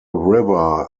river